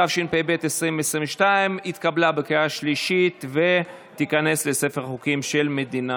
התשפ"ב 2022, נתקבל בעד, עשרה, אין מתנגדים.